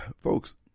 Folks